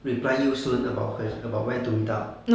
reply you soon about whe~ when to meet up